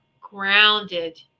grounded